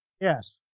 Yes